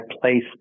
place